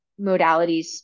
modalities